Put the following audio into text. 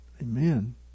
Amen